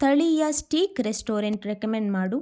ಸ್ಥಳೀಯ steak restaurant recommend ಮಾಡು